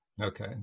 Okay